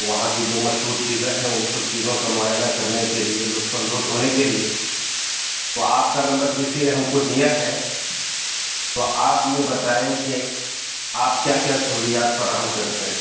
وہاں کی جو مشہور چیزیں ہیں ان سب چیزوں کا معائنہ کرنے کے لیے لطف اندوز ہونے کے لیے تو آپ کا نمبر کسی نے ہم کو دیا ہے تو آپ یہ بتائیں کہ آپ کیا کیا سہولیات فراہم کرتے ہیں